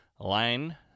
line